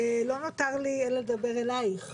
לא נותר לי אלא לדבר אלייך,